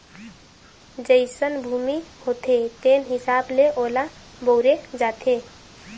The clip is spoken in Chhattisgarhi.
जइसन भूमि होथे तेन हिसाब ले ओला बउरे जाथे